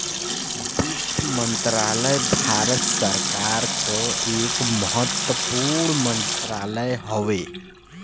वित्त मंत्रालय भारत सरकार क एक महत्वपूर्ण मंत्रालय हौ